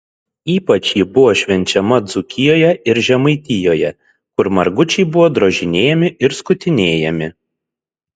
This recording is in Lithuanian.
ypač ji buvo švenčiama dzūkijoje ir žemaitijoje kur margučiai buvo drožinėjami ir skutinėjami